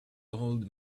old